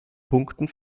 punkten